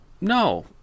No